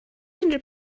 unrhyw